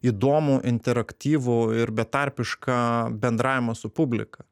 įdomų interaktyvų ir betarpišką bendravimą su publika